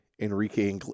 Enrique